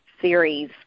series